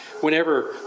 whenever